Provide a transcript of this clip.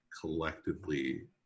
collectively